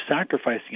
sacrificing